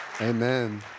Amen